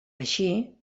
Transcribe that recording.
així